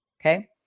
Okay